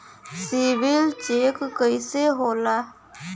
CIBIL check कइसे होला?